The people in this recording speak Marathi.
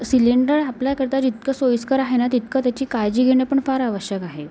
सिलेंडर आपल्याकरता जितकं सोईस्कर आहे ना तितकं त्याची काळजी घेणं पण फार आवश्यक आहे